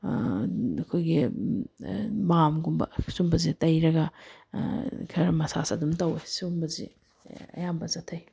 ꯑꯩꯈꯣꯏꯒꯤ ꯕꯥꯝꯒꯨꯝꯕ ꯁꯨꯝꯕꯁꯦ ꯇꯩꯔꯒ ꯈꯔ ꯃꯁꯥꯁ ꯑꯗꯨꯝ ꯇꯧꯏ ꯁꯤꯒꯨꯝꯕꯁꯦ ꯑꯌꯥꯝꯕ ꯆꯠꯊꯩ